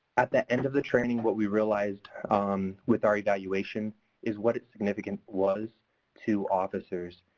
at the end of the training, what we realized um with our evaluation is what its significance was to officers.